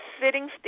sitting